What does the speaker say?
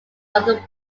other